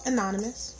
Anonymous